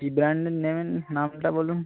কি ব্র্যাণ্ডের নেবেন নামটা বলুন